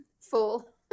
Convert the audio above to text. full